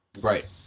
Right